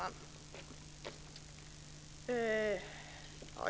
Fru talman!